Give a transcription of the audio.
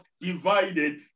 divided